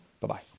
Bye-bye